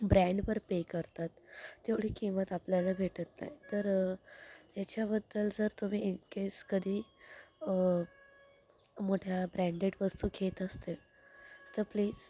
ब्रँडवर pay करतात तेवढी किंमत आपल्याला भेटत नाही तर ह्याच्याबद्दल जर तुम्ही इन केस कधी मोठ्या ब्रँडेड वस्तू घेत असतील तर प्लीज